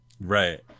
right